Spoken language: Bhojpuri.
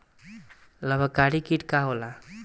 लाभकारी कीट का होला?